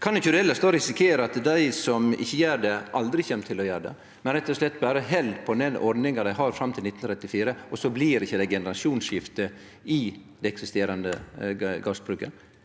elles då risikere at dei som ikkje gjer det, aldri kjem til å gjere det, men rett og slett berre held på den ordninga dei har fram til 2034, og så blir det ikkje generasjonsskifte i det eksisterande gardsbruket?